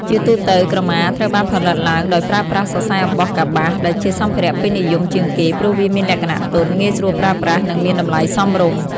ជាទូទៅ ក្រមាត្រូវបានផលិតឡើងដោយប្រើប្រាស់ សរសៃអំបោះកប្បាស ដែលជាសម្ភារៈពេញនិយមជាងគេ ព្រោះវាមានលក្ខណៈទន់ ងាយស្រួលប្រើប្រាស់ និងមានតម្លៃសមរម្យ។